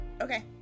Okay